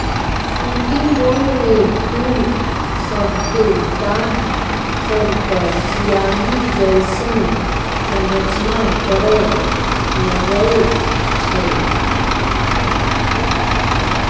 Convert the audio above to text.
sooty mould में फूल सभके पात सभपर सियाहि जइसन्न संरचना परै लगैए छइ